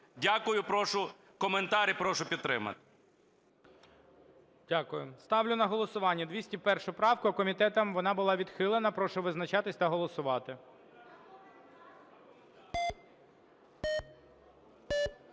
Дякую. Прошу коментар. І прошу підтримати. ГОЛОВУЮЧИЙ. Дякую. Ставлю на голосування 201 правку. Комітетом вона була відхилена. Прошу визначатись та голосувати.